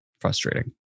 frustrating